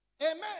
Amen